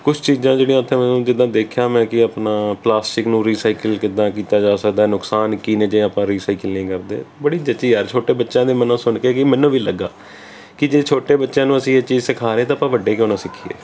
ਕੁਛ ਚੀਜ਼ਾਂ ਜਿਹੜੀਆਂ ਉੱਥੇ ਮੈਂ ਉਹਨਾਂ ਨੂੰ ਜਿੱਦਾਂ ਦੇਖਿਆ ਮੈਂ ਕਿ ਆਪਣਾ ਪਲਾਸਟਿਕ ਨੂੰ ਰੀਸਾਈਕਲ ਕਿੱਦਾਂ ਕੀਤਾ ਜਾ ਸਕਦਾ ਨੁਕਸਾਨ ਕੀ ਨੇ ਜੇ ਆਪਾਂ ਰੀਸਾਈਕਲ ਨਹੀਂ ਕਰਦੇ ਬੜੀ ਜਚੀ ਯਾਰ ਛੋਟੇ ਬੱਚਿਆਂ ਦੇ ਮਨੋ ਸੁਣਕੇ ਕਿ ਮੈਨੂੰ ਵੀ ਲੱਗਿਆ ਕਿ ਜੇ ਛੋਟੇ ਬੱਚਿਆਂ ਨੂੰ ਅਸੀਂ ਇਹ ਚੀਜ਼ ਸਿਖਾ ਰਹੇ ਤਾਂ ਆਪਾਂ ਵੱਡੇ ਕਿਉਂ ਨਾ ਸਿੱਖਈਏ